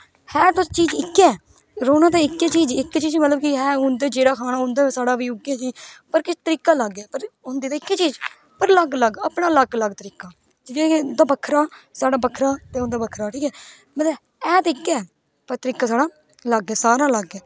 है ते चीज इके रौहना ते इक्कै चीज इक चीज है मतलब कि हून जेहडा खाना उंदा उऐ खाना साढ़े बी उऐ पर किश तरीका अलग ऐ पर होंदी ते इक्कै चीज पर अलग अलग अपना अलग अलग तरीका ते इंदा बक्खरा साढ़ा बक्खरा उंदा बक्खरा ठीक ऐ मतलब है ते इके पर तरीका साढ़ा सारा अलग अलग ऐ ठीक ऐ